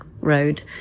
road